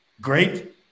Great